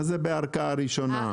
מה זה בערכאה ראשונה?